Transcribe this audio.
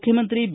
ಮುಖ್ಯಮಂತ್ರಿ ಬಿ